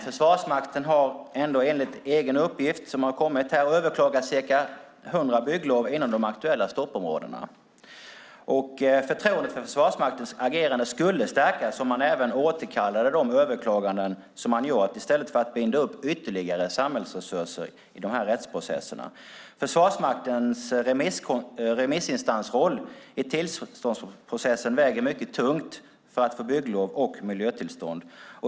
Försvarsmakten har ändå, enligt egen uppgift som kommit här, överklagat cirka hundra bygglov inom de aktuella stoppområdena. Förtroendet för Försvarsmaktens agerande skulle stärkas om man även återkallade gjorda överklaganden i stället för att binda upp ytterligare samhällsresurser i de här rättsprocesserna. Försvarsmaktens remissinstansroll i tillståndsprocessen väger mycket tungt när det gäller att få bygglov och miljötillstånd.